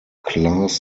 class